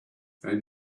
and